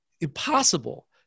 impossible